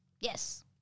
Yes